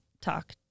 talk